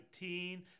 2019